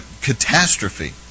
catastrophe